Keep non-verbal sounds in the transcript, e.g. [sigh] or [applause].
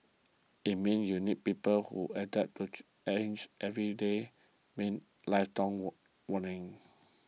it means you need people who adapt to [unintelligible] every day means lifelong [unintelligible] warning